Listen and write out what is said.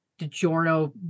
DiGiorno